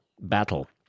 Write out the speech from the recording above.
battle